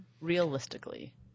realistically